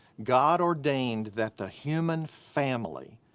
god ordained that the human family,